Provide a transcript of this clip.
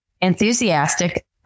enthusiastic